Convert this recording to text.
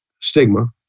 stigma